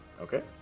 Okay